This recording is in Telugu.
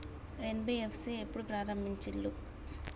ఎన్.బి.ఎఫ్.సి ఎప్పుడు ప్రారంభించిల్లు?